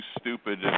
stupid